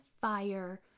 fire